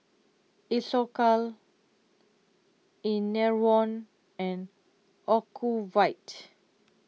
Isocal Enervon and Ocuvite